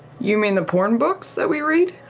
you mean the porn books that we read?